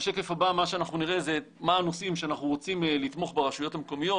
מה שאנחנו נראה זה מה הנושאים שאנחנו רוצים לתמוך ברשויות המקומיות,